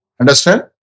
Understand